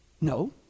No